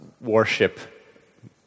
warship